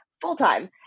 full-time